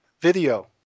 video